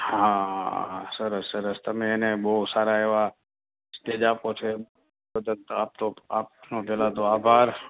હં સરસ સરસ તમે એને બહુ સારાં એવા સ્ટેજ આપો છો એમ બદલ આપતો આપનો પહેલાં તો આભાર